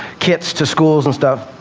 kits to schools and stuff.